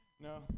No